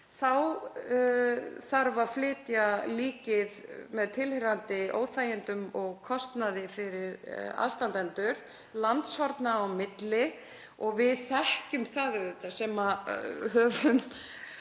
þá þarf að flytja líkið með tilheyrandi óþægindum og kostnaði fyrir aðstandendur landshorna á milli. Við þekkjum það auðvitað sem